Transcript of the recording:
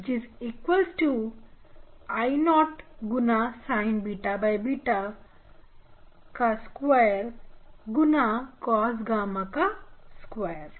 I EpEp I0 गुना Sin beta beta का square गुना cos gamma का स्क्वायर